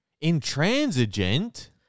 Intransigent